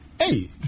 Hey